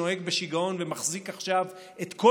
שנוהג בשיגעון ומחזיק עכשיו את כל